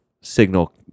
signal